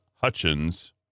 Hutchins